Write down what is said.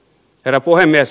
herra puhemies